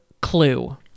Clue